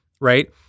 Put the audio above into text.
Right